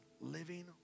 Living